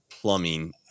plumbing